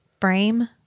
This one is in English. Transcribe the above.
frame